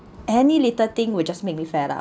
any little thing will just make me fed up